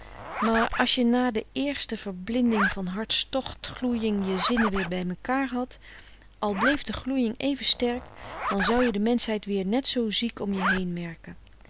maar as je na de eerste verblinding van hartstochtgloeying je zinne weer bij mekaar had al bleef de gloeying even sterk dan zou je de menschheid weer net zoo ziek om je heen